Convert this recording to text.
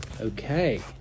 okay